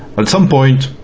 at some point,